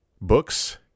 books